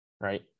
right